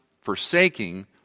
forsaking